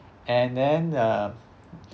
and then uh